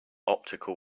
optical